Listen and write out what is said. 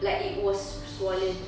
like it was swollen